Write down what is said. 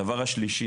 הדבר השלישי,